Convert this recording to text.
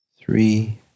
three